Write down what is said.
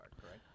correct